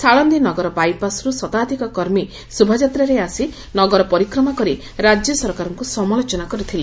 ସାଳନ୍ଦୀନଗର ବାଇପାସ୍ରୁ ଶତାଧିକ କର୍ମୀ ଶୋଭାଯାତ୍ରାରେ ଆସି ନଗର ପରିକ୍ରମା କରି ରାକ୍ୟସରକାରଙ୍କୁ ସମାଲୋଚନା କରିଥିଲେ